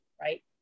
right